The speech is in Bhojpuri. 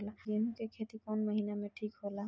गेहूं के खेती कौन महीना में ठीक होला?